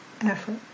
effort